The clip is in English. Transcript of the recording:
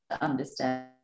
understand